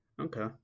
Okay